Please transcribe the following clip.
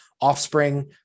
offspring